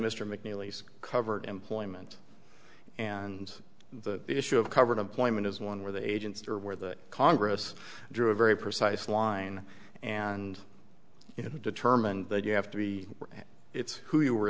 mcneil lease covered employment and the issue of covered employment is one where the agents are where the congress drew a very precise line and you know who determined that you have to be it's who you were